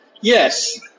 yes